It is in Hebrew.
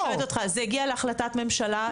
זה הגיע להחלטת ממשלה.